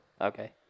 okay